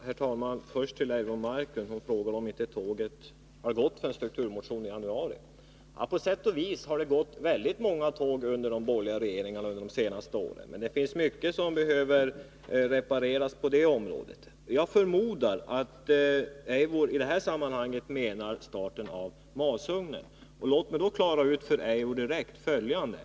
Herr talman! Först till Eivor Marklund som frågade om inte tåget har gått sedan strukturmotionen i januari. På sätt och vis har det gått väldigt många tåg de senaste åren under de borgerliga regeringarnas tid. Det finns mycket som behöver repareras på det området. Jag förmodar att Eivor Marklund i detta sammanhang tänker på starten av masugnen. Låt mig då direkt klara ut följande.